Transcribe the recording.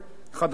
עצמאית,